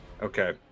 Okay